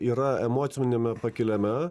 yra emociniame pakilime